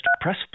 Press